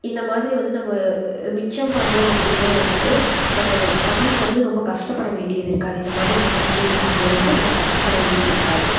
இந்த மாதிரி வந்து நம்ம மிச்சம் பண்ணோம் அப்படின்னா வந்துவிட்டு நம்ம தண்ணிக்கு வந்து ரொம்ப கஷ்டப்பட வேண்டியது இருக்காது இந்த மாதிரி நிகழ்ச்சி இருக்கும் போது வந்து ரொம்ப கஷ்டப்பட வேண்டியது இருக்காது